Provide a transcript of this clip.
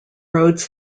roads